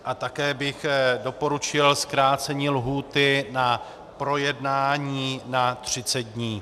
A také bych doporučil zkrácení lhůty na projednání na 30 dní.